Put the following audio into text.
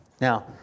Now